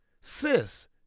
Sis